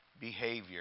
behavior